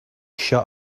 shut